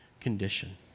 condition